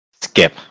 Skip